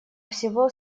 всего